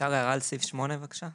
אפשר הערה על סעיף 8, בבקשה?